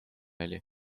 oli